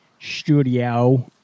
studio